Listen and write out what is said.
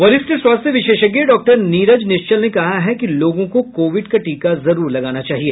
वरिष्ठ स्वास्थ्य विशेषज्ञ डॉक्टर नीरज निश्चल ने कहा है कि लोगों को कोविड का टीका जरूर लगाना चाहिए